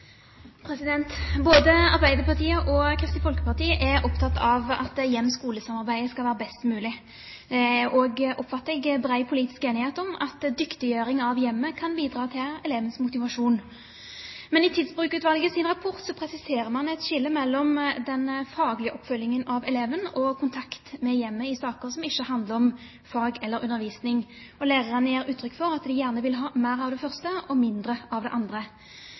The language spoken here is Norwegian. politisk enighet om at dyktiggjøring av hjemmet kan bidra til elevenes motivasjon. Men i Tidsbrukutvalgets rapport presiserer man et skille mellom den faglige oppfølgingen av eleven og kontakt med hjemmet i saker som ikke handler om fag eller undervisning, og lærerne gir uttrykk for at de gjerne vil ha mer av det første og mindre av det andre.